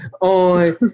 on